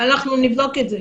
אני צריכה לבדוק את זה.